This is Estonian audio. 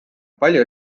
palju